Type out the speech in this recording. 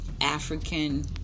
African